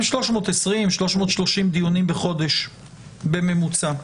320-330 דיונים בחודש בממוצע.